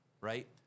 right